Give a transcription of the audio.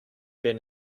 been